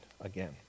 again